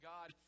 God